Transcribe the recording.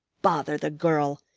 bother the girl!